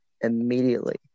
immediately